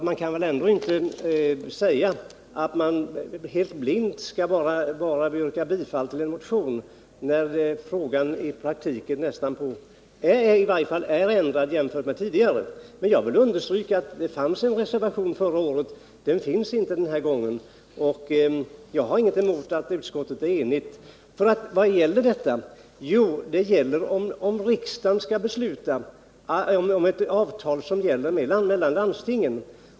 Man kan väl ändå inte säga att man helt blint bara skall yrka bifall till en motion, när frågan i praktiken nu kommit i ett annat läge. Jag vill understryka att det fanns en reservation förra året men att den inte finns med den här gången. Jag har ingenting emot att utskottet är enigt. Vad gäller frågan? Jo, att riksdagen skall besluta om ett avtal som gäller landstingen.